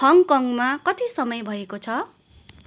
हङकङमा कति समय भएको छ